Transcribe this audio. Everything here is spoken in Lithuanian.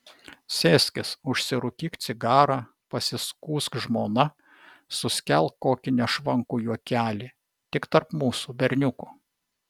sėskis užsirūkyk cigarą pasiskųsk žmona suskelk kokį nešvankų juokelį tik tarp mūsų berniukų